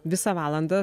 visą valandą